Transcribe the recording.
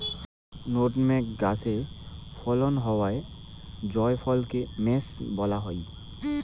nutmeg গাছে ফলন হওয়া জায়ফলকে মেস বলা হই